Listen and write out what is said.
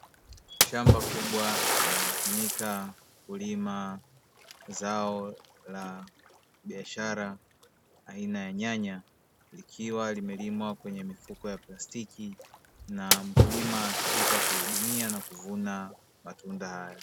Shamba kubwa linalotumika kulima zao la biashara aina ya nyanya, likiwa limelimwa kwenye mifuko ya plastiki na mkulima akipita kuhudumia na kuvuna matunda hayo.